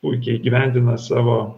puikiai įgyvendina savo